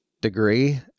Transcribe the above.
degree